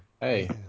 Hey